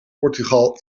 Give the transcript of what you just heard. portugal